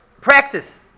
practice